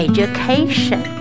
Education